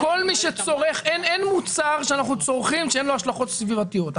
אין מוצר שאנחנו צורכים שאין לו השלכות סביבתיות.